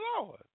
Lord